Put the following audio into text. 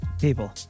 people